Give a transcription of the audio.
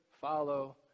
follow